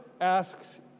asks